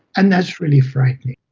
and that's really frightening.